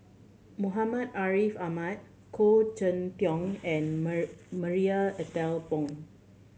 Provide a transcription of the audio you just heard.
Muhammad Ariff Ahmad Khoo Cheng Tiong and Marie Ethel Bong